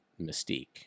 mystique